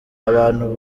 abantu